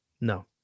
no